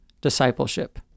discipleship